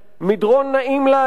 מדרון נעים להליכה,